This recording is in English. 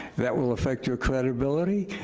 that will affect your credibility,